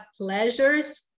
pleasures